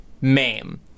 Mame